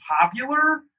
popular